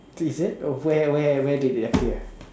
is it where where where did it appear